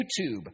YouTube